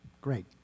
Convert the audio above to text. Great